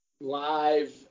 live